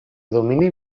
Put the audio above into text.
domini